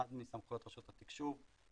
אחת מסמכויות רשות התקשוב,